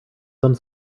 some